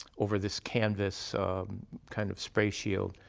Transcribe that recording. over this canvas kind of space shield.